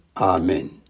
Amen